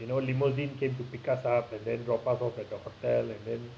you know limousine came to pick us up and then drop us off at the hotel and then